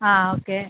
ആ ഓക്കെ